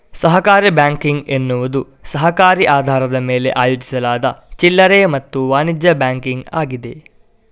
ಸಹಕಾರಿ ಬ್ಯಾಂಕಿಂಗ್ ಎನ್ನುವುದು ಸಹಕಾರಿ ಆಧಾರದ ಮೇಲೆ ಆಯೋಜಿಸಲಾದ ಚಿಲ್ಲರೆ ಮತ್ತು ವಾಣಿಜ್ಯ ಬ್ಯಾಂಕಿಂಗ್ ಆಗಿದೆ